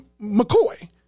McCoy